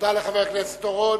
תודה לחבר הכנסת אורון.